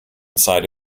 side